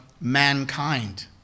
mankind